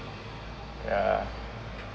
ya